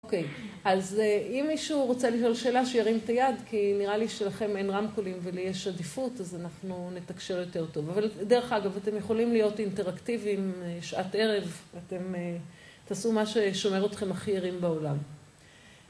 אוקיי. אז אם מישהו רוצה לשאול שאלה שירים את היד, כי נראה לי שלכם אין רמקולים ולי יש עדיפות, אז אנחנו נתקשר יותר טוב. אבל דרך אגב, אתם יכולים להיות אינטראקטיביים שעת ערב, אתם תעשו מה ששומר אתכם הכי ערים בעולם.